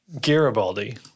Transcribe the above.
Garibaldi